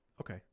okay